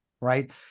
right